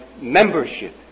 membership